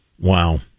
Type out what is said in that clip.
Wow